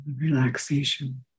relaxation